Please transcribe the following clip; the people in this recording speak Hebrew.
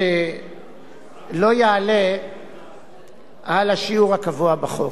בשיעור שלא יעלה על השיעור הקבוע בחוק.